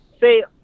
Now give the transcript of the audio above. Say